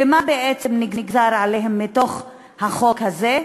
ומה נגזר עליהם מתוך החוק הזה?